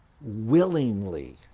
willingly